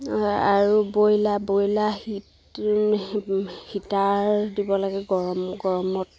আৰু broiler broiler heat heater দিব লাগে গৰম গৰমত